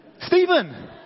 Stephen